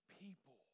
people